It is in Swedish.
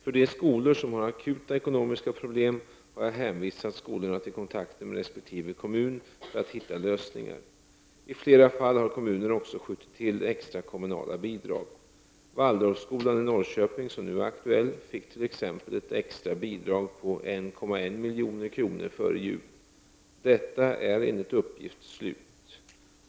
För de skolor som har akuta ekonomiska problem har jag hänvisat skolorna till kontakter med resp. kommun för att hitta lösningar. I flera fall har kommunerna också skjutit till extra kommunala bidrag. Waldorfskolan i Norrköping, som nu är aktuell, fick t.ex. ett extra bidrag på 1,1 milj.kr. före jul. Detta är enligt uppgift slut.